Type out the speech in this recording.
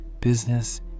business